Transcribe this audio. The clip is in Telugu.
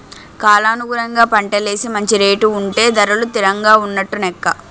కాలానుగుణంగా పంటలేసి మంచి రేటు ఉంటే ధరలు తిరంగా ఉన్నట్టు నెక్క